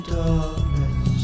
darkness